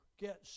get